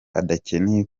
adakeneye